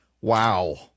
Wow